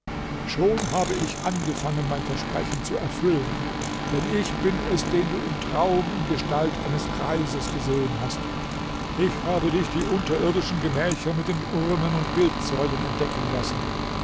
schon habe ich angefangen mein versprechen zu erfüllen denn ich bin es den du im traum in gestalt eines greises gesehen hast ich habe dich die unterirdischen gemächer mit den urnen und bildsäulen entdecken lassen